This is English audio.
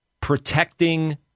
protecting